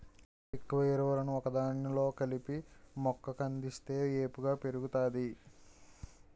ఎక్కువ ఎరువులను ఒకదానిలో కలిపి మొక్క కందిస్తే వేపుగా పెరుగుతాది